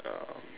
um